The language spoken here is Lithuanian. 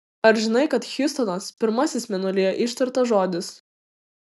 ar žinai kad hjustonas pirmasis mėnulyje ištartas žodis